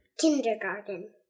Kindergarten